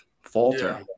falter